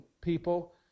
people